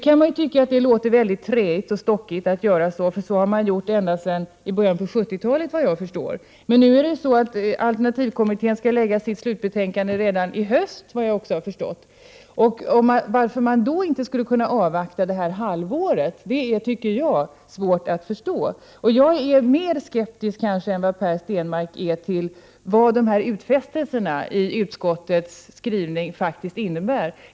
Man kan ju tycka att det låter mycket träigt och stockigt att göra så, eftersom det, såvitt jag förstår, har gjorts på det sättet ända sedan början av 70-talet, men alternativmedicinkommittén skall lägga fram sitt slutbetänkande redan till hösten, och varför man då inte skulle kunna avvakta detta halvår tycker jag är svårt att förstå. Jag kanske är mer skeptisk än Per Stenmarck till vad utskottsmajoritetens utfästelser faktiskt innebär.